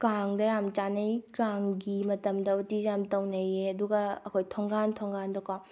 ꯀꯥꯡꯗ ꯌꯥꯝ ꯆꯥꯟꯅꯩ ꯀꯥꯡꯒꯤ ꯃꯇꯝꯗ ꯎꯇꯤꯁꯦ ꯌꯥꯝ ꯇꯧꯅꯩꯌꯦ ꯑꯗꯨꯒ ꯑꯩꯈꯣꯏ ꯊꯣꯡꯒꯥꯟ ꯊꯣꯡꯒꯥꯟꯗꯀꯣ